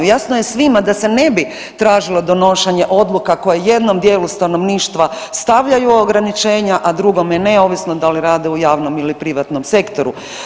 Jasno je svima da se ne bi tražilo donošenje odluka koje jednom djelu stanovništva stavljaju ograničenja, a drugome ne ovisno da li rade u javnom ili privatnom sektoru.